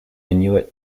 inuit